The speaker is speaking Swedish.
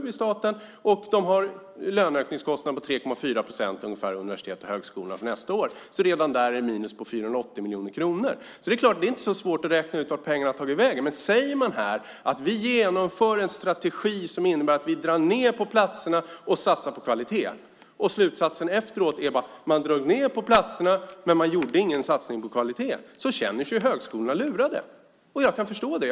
Universiteten och högskolorna har löneökningskostnader på ungefär 3,4 procent för nästa år. Redan där finns alltså ett minus på 480 miljoner kronor. Det är klart att det inte är särskilt svårt att räkna ut vart pengarna tagit vägen. Om man säger att man genomför en strategi som innebär att man drar ned på antalet högskoleplatser för att i stället satsa på kvaliteten och resultatet sedan blir att man bara drog ned på antalet platser men inte gjorde någon satsning på kvaliteten känner sig högskolorna lurade. Jag kan förstå det.